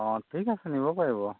অঁ ঠিক আছে নিব পাৰিব